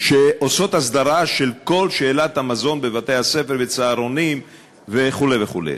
שעושות הסדרה של כל שאלת המזון בבתי-הספר ובצהרונים וכו' וכו'.